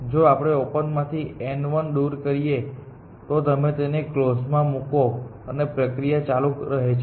જો આપણે ઓપનમાંથી n1 દૂર કરીએ તો તમે તેને કલોઝ માં મૂકો અને પ્રક્રિયા ચાલુ રહે છે